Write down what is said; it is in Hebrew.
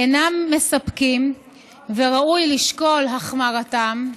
אינם מספקים וראוי לשקול החמרתם,